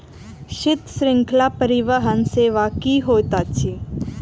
शीत श्रृंखला परिवहन सेवा की होइत अछि?